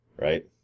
Right